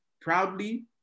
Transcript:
proudly